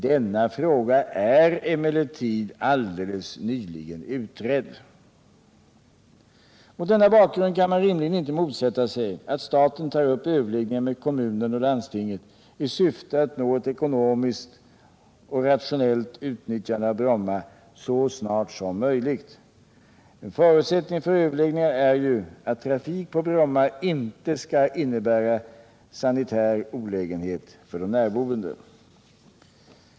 Denna fråga är emellertid alldeles nyligen utredd. Mot denna bakgrund kan man rimligen inte motsätta sig att staten tar upp överläggningar med kommunen och landstinget i syfte att nå ett ekonomiskt och rationellt utnyttjande av Bromma så snart som möjligt. En förutsättning för överläggningarna är ju att trafik på Bromma inte skall innebära sanitär olägenhet för de närboende.